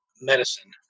medicine